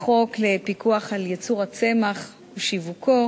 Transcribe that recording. החוק לפיקוח על ייצור הצמח ושיווקו.